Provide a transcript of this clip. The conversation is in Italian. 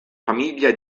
famiglia